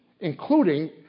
including